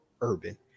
Urban